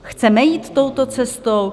Chceme jít touto cestou?